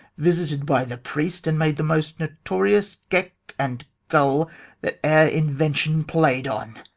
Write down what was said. visited by the priest, and made the most notorious geck and gull that e'er invention play'd on?